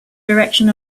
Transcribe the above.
direction